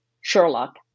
sherlock